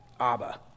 Abba